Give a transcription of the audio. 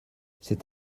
c’est